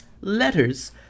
letters